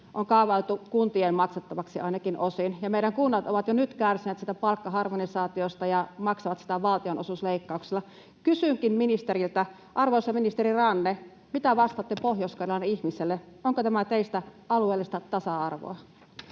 on kaavailtu kuntien maksettavaksi ainakin osin. Ja meidän kunnat ovat jo nyt kärsineet palkkaharmonisaatiosta ja maksavat sitä valtionosuusleikkauksilla. Kysynkin ministeriltä: Arvoisa ministeri Ranne, mitä vastaatte Pohjois-Karjalan ihmiselle? Onko tämä teistä alueellista tasa-arvoa?